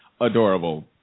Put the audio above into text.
Adorable